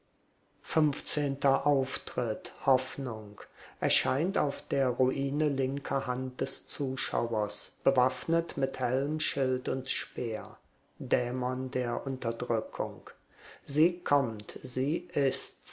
funfzehnter auftritt hoffnung erscheint auf der ruine linker hand des zuschauers bewaffnet mit helm schild und speer dämon der unterdrückung sie kommt sie ist's